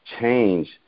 change